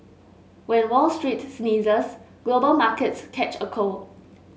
when Wall Street sneezes global markets catch a cold